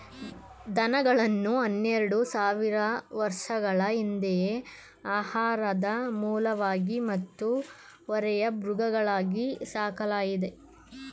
ದನಗಳನ್ನು ಹನ್ನೆರೆಡು ಸಾವಿರ ವರ್ಷಗಳ ಹಿಂದೆಯೇ ಆಹಾರದ ಮೂಲವಾಗಿ ಮತ್ತು ಹೊರೆಯ ಮೃಗಗಳಾಗಿ ಸಾಕಲಾಯಿತು